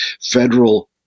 federal